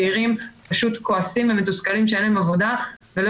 הצעירים פשוט כועסים ומתוסכלים שאין להם עבודה ולא